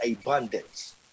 abundance